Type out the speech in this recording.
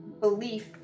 belief